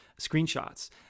screenshots